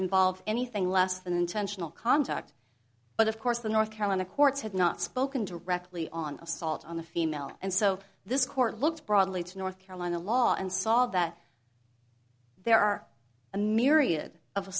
involve anything less than intentional conduct but of course the north carolina courts had not spoken directly on assault on the female and so this court looked broadly to north carolina law and solve that there are a myriad of